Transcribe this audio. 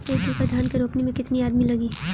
एक एकड़ धान के रोपनी मै कितनी आदमी लगीह?